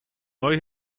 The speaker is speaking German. neu